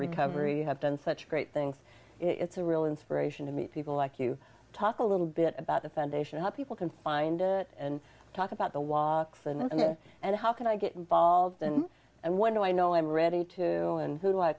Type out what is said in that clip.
recovery have done such great things it's a real inspiration to meet people like you talk a little bit about the foundation how people can find it and talk about the walk and it and how can i get involved and what do i know i'm ready